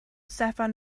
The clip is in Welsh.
steffan